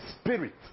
spirit